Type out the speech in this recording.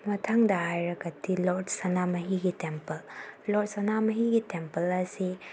ꯃꯊꯪꯗ ꯍꯥꯏꯔꯒꯗꯤ ꯂꯣꯔꯠ ꯁꯅꯥꯃꯍꯤꯒꯤ ꯇꯦꯝꯄꯜ ꯂꯣꯔꯠ ꯁꯅꯥꯃꯍꯤꯒꯤ ꯇꯦꯝꯄꯜ ꯑꯁꯤ